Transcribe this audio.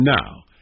now